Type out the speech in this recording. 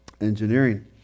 engineering